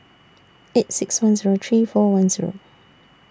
eight six one Zero three four one Zero